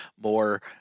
more